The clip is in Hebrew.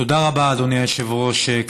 תודה רבה, אדוני היושב-ראש.